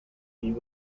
you